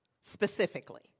specifically